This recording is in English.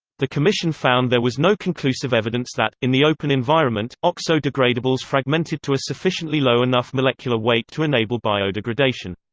the commission found there was no conclusive evidence that, in the open environment, oxo-degradables fragmented to a sufficiently low enough molecular weight to enable biodegradation.